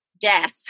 death